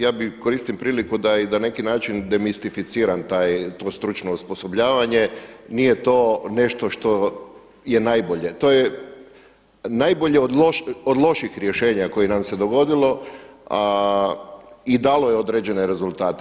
Ja koristim priliku da na neki način demistificiram to stručno osposobljavanje, nije to nešto što je najbolje, to je najbolje od loših rješenja koje nam se dogodilo i dalo je određene rezultate.